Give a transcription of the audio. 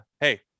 hey